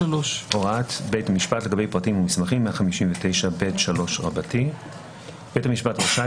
159ב3הוראת בית המשפט לגבי פרטים ומסמכים בית המשפט רשאי,